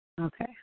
Okay